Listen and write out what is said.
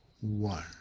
one